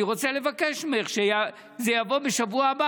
אני רוצה לבקש ממך שזה יבוא בשבוע הבא